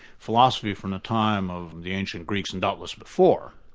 philosophy from the time of the ancient greeks, and doubtless before,